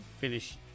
finish